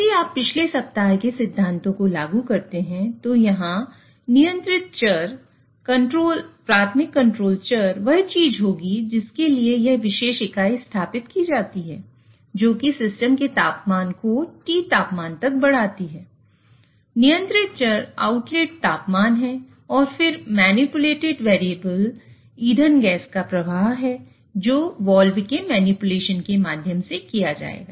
यदि आप पिछले सप्ताह से सिद्धांतों को लागू करते हैं तो यहां नियंत्रित चर ईंधन गैस का प्रवाह है जो वाल्व के मैनिपुलेशनके माध्यम से किया जाएगा